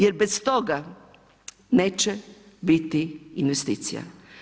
Jer bez toga neće biti investicija.